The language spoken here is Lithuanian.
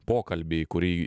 pokalbį kurį